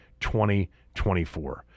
2024